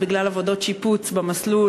בגלל עבודות שיפוץ במסלול,